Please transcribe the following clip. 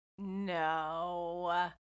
No